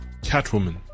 Catwoman